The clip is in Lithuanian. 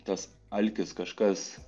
tas alkis kažkas